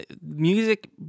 music